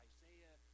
Isaiah